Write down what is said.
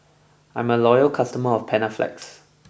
I'm a loyal customer of Panaflex